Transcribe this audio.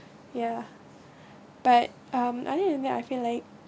ya but(um) I didn't really I feel like